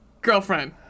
girlfriend